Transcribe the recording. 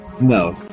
No